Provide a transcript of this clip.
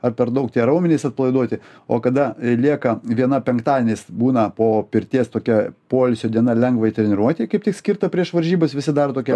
ar per daug tie raumenys atpalaiduoti o kada lieka viena penktadienis būna po pirties tokia poilsio diena lengvai treniruotei kaip tik skirta prieš varžybas visi dar tokią